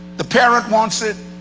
the parent wants it,